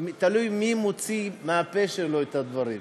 תלוי מי מוציא מהפה שלו את הדברים.